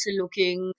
looking